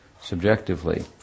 subjectively